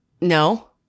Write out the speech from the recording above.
No